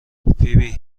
فیبی